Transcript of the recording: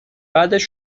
بعدش